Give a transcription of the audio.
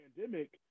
pandemic